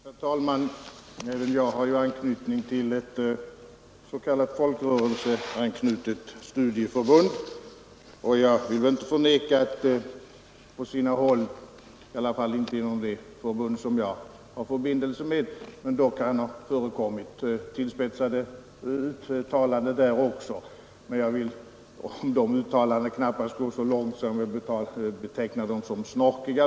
Herr talman! Även jag har relationer till ett s.k. folkrörelseanknutet studieförbund, och jag vill inte förneka att det på sina håll — dock inte inom det förbund jag har förbindelse med — har förekommit tillspetsade uttalanden. Men jag vill beträffande dessa uttalanden knappast gå så långt att jag vill beteckna dem som snorkiga.